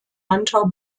hunter